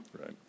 right